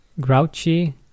grouchy